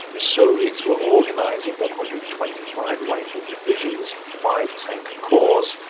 the soviets were organizing one hundred and twenty five rifle divisions, five tank corps,